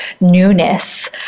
newness